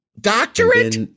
Doctorate